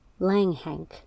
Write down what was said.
Langhank